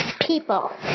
people